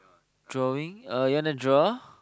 drawing uh you want to draw